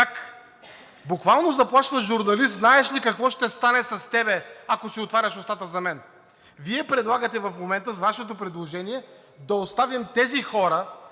как буквално заплашва журналист: „Знаеш ли какво ще стане с теб, ако си отваряш устата за мен?“ Вие предлагате в момента, с Вашето предложение, да оставим тези хора